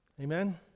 Amen